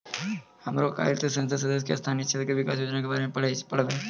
हमे काइल से संसद सदस्य के स्थानीय क्षेत्र विकास योजना के बारे मे पढ़बै